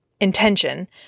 intention